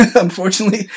Unfortunately